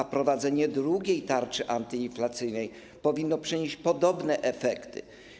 Wprowadzenie drugiej tarczy antyinflacyjnej powinno przynieść podobne efekty.